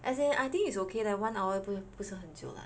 as in I think it's okay leh like one hour 不不是很久 lah